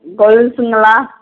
கொலுசுங்களாம்